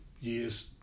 years